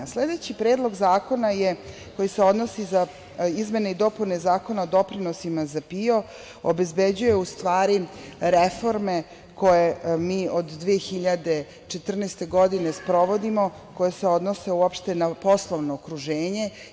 Sledeći predlog zakona koji se odnosi na izmene i dopune Zakona o doprinosima za PIO obezbeđuje, u stvari, reforme koje mi od 2014. godine sprovodimo, koje se odnose uopšte na poslovno okruženje.